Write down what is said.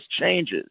changes